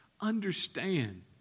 understand